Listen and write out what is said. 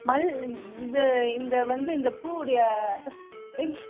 இது இந்த வந்து இந்த பூவுடைய